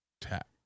tech